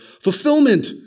fulfillment